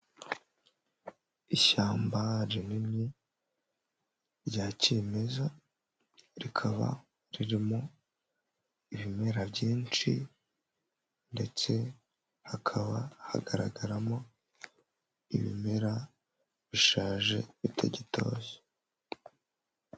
Ishyamba rinini rya kimeza, rikaba ririmo ibimera byinshi, ndetse hakaba hagaragaramo ibimera bishaje bitagitoshye.